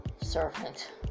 servant